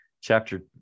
chapter